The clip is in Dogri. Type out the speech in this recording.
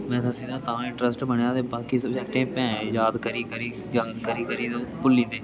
मैथ तां इटंरस्ट बनाया ते बाकी सब्जेक्ट भैं याद करी करी याद करी करी ते ओह् भुल्ली दे